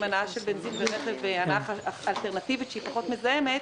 הנעה של בנזין ורכב עם הנעה אלטרנטיבית שהיא פחות מזהמת,